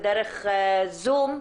ודרך זום,